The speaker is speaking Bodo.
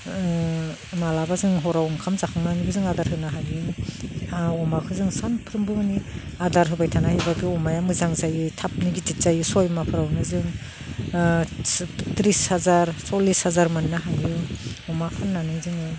माब्लाबा जों हराव ओंखाम जाखांनानैबो जों आदार होनो हायो अमाखौ जों सानफ्रोम माने आदार होबाय थानाय बे अमाया मोजां जायो थाबनो गिदिर जायो सय माहफोरावनो जों त्रिस हाजार सल्लिस हाजार मोननो हायो अमा फाननानै जोङो